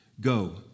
go